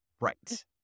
Right